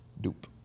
Dupe